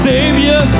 Savior